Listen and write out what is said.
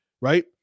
right